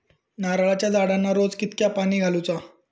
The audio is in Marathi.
नारळाचा झाडांना रोज कितक्या पाणी घालुचा?